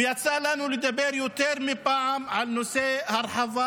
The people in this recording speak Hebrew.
ויצא לנו לדבר יותר מפעם על נושא הרחבת